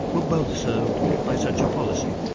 were both served by such a policy.